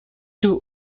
two